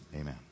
Amen